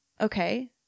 okay